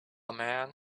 man